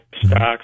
stocks